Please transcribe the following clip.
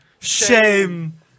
Shame